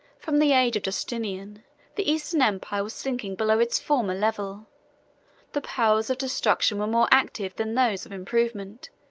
from the age of justinian the eastern empire was sinking below its former level the powers of destruction were more active than those of improvement